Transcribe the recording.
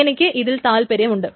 എനിക്ക് ഇതിൽ താല്പര്യമുണ്ട്